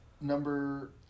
number